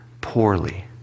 poorly